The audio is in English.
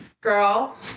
girl